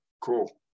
cool